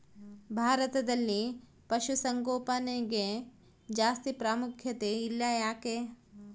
ಭಾರತದಲ್ಲಿ ಪಶುಸಾಂಗೋಪನೆಗೆ ಜಾಸ್ತಿ ಪ್ರಾಮುಖ್ಯತೆ ಇಲ್ಲ ಯಾಕೆ?